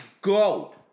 go